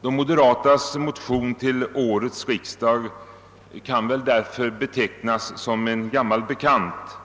De moderatas motion till årets riksdag kan väl därför betecknas som en gammal bekant.